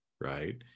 right